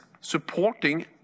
supporting